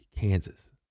Kansas